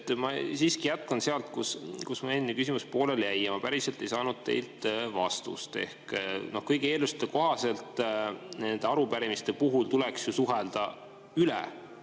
Ma siiski jätkan sealt, kus mu eelmine küsimus pooleli jäi. Ma päriselt ei saanud teilt vastust. Ehk kõigi eelduste kohaselt nende arupärimiste puhul tuleks ju suhelda üle